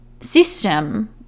system